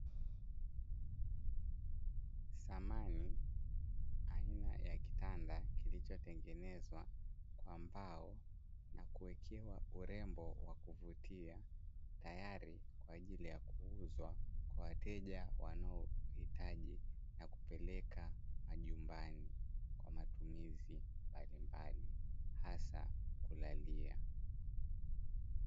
Samani aina ya kitanda kilichotengenezwa kwa mbao na kuwekewa urembo wa kuvutia, tayari kwa ajili ya kuuzwa kwa wateja wanaohitaji na kupeleka majumbani, kwa matumizi mbalimbali hasa kulalia.